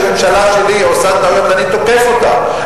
כשממשלה שלי עושה טעויות אני תוקף אותה,